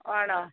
ആണോ